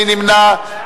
מי נמנע?